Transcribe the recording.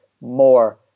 more